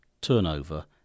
turnover